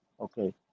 okay